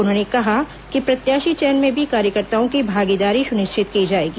उन्होंने कहा कि प्रत्याशी चयन में भी कार्यकर्ताओं की भागीदारी सुनिश्चित की जाएगी